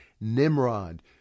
Nimrod